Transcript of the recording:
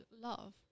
love